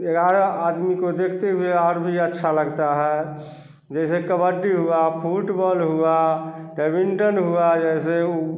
ग्यारह आदमी को देखते हुए और भी अच्छा लगता है जैसे कबड्डी हुआ फुटबॉल हुआ बैबिंटन हुआ जैसे उ